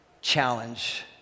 challenge